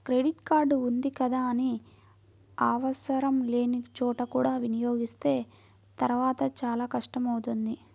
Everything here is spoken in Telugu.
క్రెడిట్ కార్డు ఉంది కదా అని ఆవసరం లేని చోట కూడా వినియోగిస్తే తర్వాత చాలా కష్టం అవుతుంది